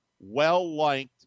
well-liked